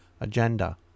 agenda